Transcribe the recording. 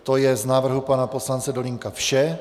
To je z návrhů pana poslance Dolínka vše.